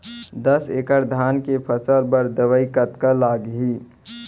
दस एकड़ धान के फसल बर दवई कतका लागही?